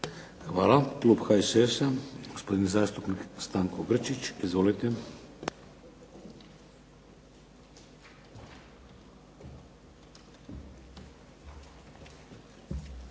Hvala. Klub HSS-a, gospodin zastupnik Stanko Grčić. Izvolite.